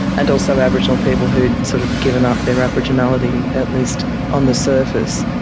and also aboriginal people who'd sort of given up their aboriginality, at least on the surface.